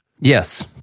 Yes